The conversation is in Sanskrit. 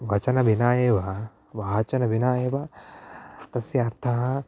वचनं विना एव वाचनं विना एव तस्य अर्थः